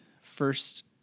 first